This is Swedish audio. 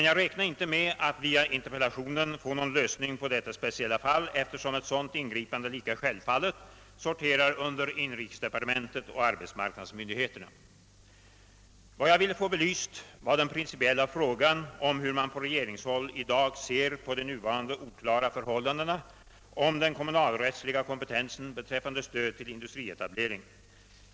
| Jag räknade inte med att via interpellationen få någon lösning på detta speciella fall, eftersom ett ingripande sorterar under inrikesdepartementet och arbetsmarknadsmyndigheterna. Vad jag ville få belyst var den principiella frågan om hur man på regeringshåll i dag ser på de nuvarande oklara förhållandena i fråga om den kommunalrättsliga kompetensen beträffande stöd till industrietablering.